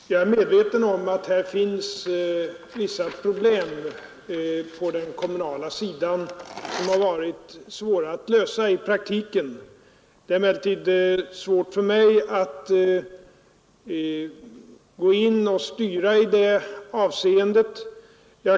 Herr talman! Jag är medveten om att här finns vissa problem på den kommunala sidan som har varit svåra att lösa i praktiken. Det är emellertid knappast möjligt för mig att gå in och styra utvecklingen därvidlag.